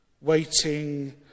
waiting